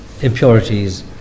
impurities